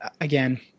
again